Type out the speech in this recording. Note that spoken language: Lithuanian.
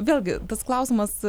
vėlgi tas klausimas